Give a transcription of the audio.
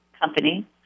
company